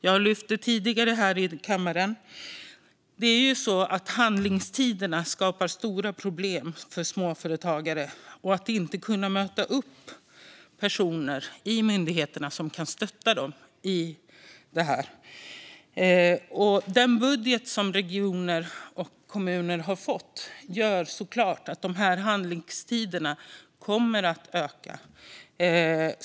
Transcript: Jag lyfte tidigare här i kammaren att handläggningstiderna skapar stora problem för småföretagare och att myndigheterna inte kan möta upp med personer som kan stötta dem i det här. Den budget som kommuner och regioner har fått gör såklart att handläggningstiderna kommer att öka.